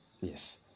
Yes